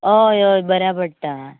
हय हय बऱ्या पडटा